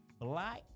Black